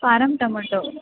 farm tomato